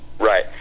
Right